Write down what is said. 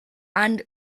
and